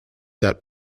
that